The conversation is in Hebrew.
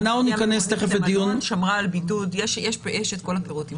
היא שמרה על בידוד, יש כל הפירוט.